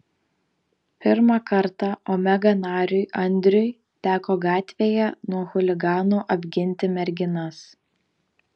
pirmą kartą omega nariui andriui teko gatvėje nuo chuliganų apginti merginas